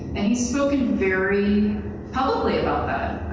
and he's spoken very publicly about that,